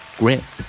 grip